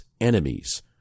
enemies